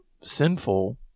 sinful